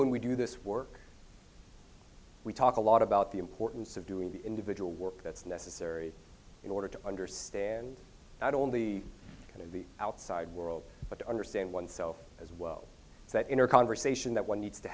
when we do this work we talk a lot about the importance of doing the individual work that's necessary in order to understand not only kind of the outside world but to understand oneself as well as that inner conversation that one needs to